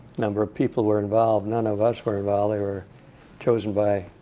number of people were involved. none of us were involved they were chosen by